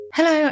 Hello